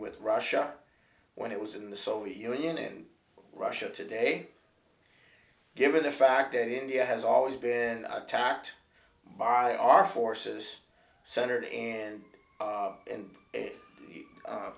with russia when it was in the soviet union and russia today given the fact that india has always been attacked by our forces centered in and